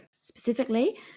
Specifically